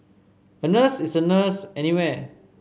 a nurse is a nurse anywhere